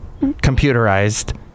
computerized